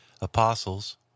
apostles